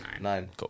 Nine